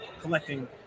collecting